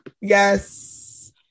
Yes